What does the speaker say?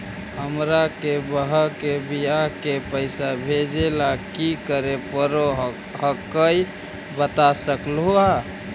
हमार के बह्र के बियाह के पैसा भेजे ला की करे परो हकाई बता सकलुहा?